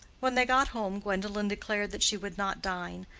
when they got home gwendolen declared that she would not dine.